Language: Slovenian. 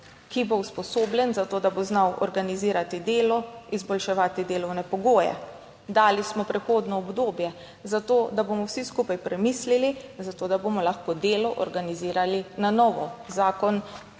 ki bo usposobljen za to, da bo znal organizirati delo, izboljševati delovne pogoje. Dali smo prehodno obdobje zato, da bomo vsi skupaj premislili, zato da bomo lahko delo organizirali na novo. Zakon